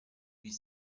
huit